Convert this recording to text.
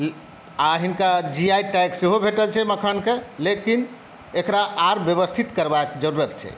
आ हिनका G I tag सेहो भेटल छै मखानके लेकिन एक़रा आर व्यवस्थित करबाक ज़रूरत छै